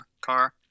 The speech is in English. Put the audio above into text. car